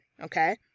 okay